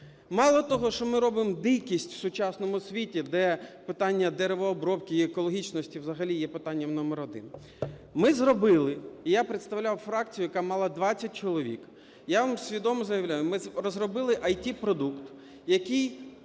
Мало того, що ми робимо дикість в сучасному світі, де питання деревообробки і екологічності взагалі є питанням номер один. Ми зробили і я представляв фракцію, яка мала 20 чоловік, я вам свідомо заявляю, ми розробили ІТ-продукт, який